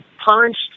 punched